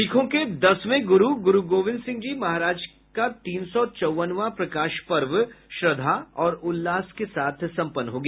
सिखों के दसवें गुरू गुरूगोविंद सिंह जी महाराज का तीन सौ चौवनवां प्रकाश पर्व श्रद्वा और उल्लास के साथ सम्पन्न हो गया